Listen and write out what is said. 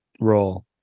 role